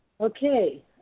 Okay